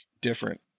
different